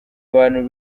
abantu